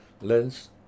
lens